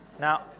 Now